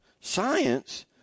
Science